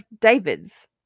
Davids